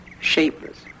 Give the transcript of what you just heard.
shapeless